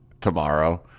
tomorrow